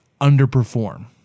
underperform